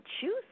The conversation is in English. choose